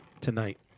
tonight